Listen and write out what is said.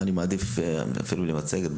אני מעדיף בלי מצגת.